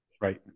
Right